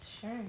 Sure